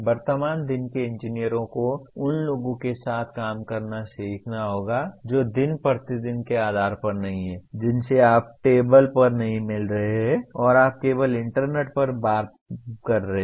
वर्तमान दिन के इंजीनियरों को उन लोगों के साथ काम करना सीखना होगा जो दिन प्रतिदिन के आधार पर नहीं हैं जिनसे आप टेबल पर नहीं मिल रहे हैं और आप केवल इंटरनेट पर बातचीत कर रहे हैं